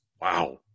wow